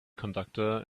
conductor